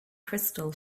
crystal